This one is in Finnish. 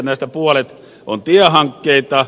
näistä puolet on tiehankkeita